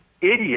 idiot